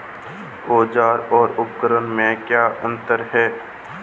औज़ार और उपकरण में क्या अंतर है?